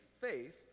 faith